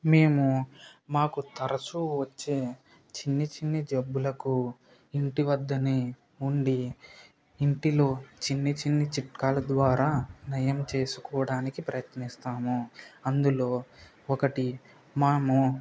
మేము మాకు తరచూ వచ్చే చిన్ని చిన్ని జబ్బులకు ఇంటి వద్దనే ఉండి ఇంటిలో చిన్ని చిన్ని చిట్కాలు ద్వారా నయం చేసుకోవడానికి ప్రయత్నిస్తాము అందులో ఒకటి మనము